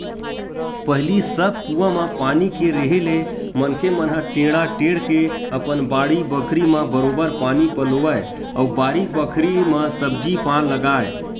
पहिली सब कुआं म पानी के रेहे ले मनखे मन ह टेंड़ा टेंड़ के अपन बाड़ी बखरी म बरोबर पानी पलोवय अउ बारी बखरी म सब्जी पान लगाय